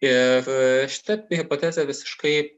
ir šita hipotezė visiškai